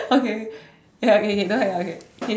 okay okay ya okay okay don't hang up okay okay